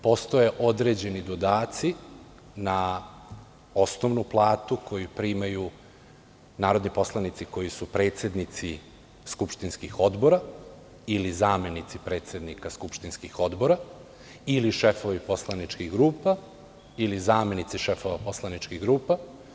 Postoje određeni dodaci na osnovnu platu koju primaju narodni poslanici koji su predsednici skupštinskih odbora ili zamenici predsednika skupštinskih odbora ili šefovi poslaničkih grupa ili zamenici šefova poslaničkih grupa.